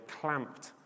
clamped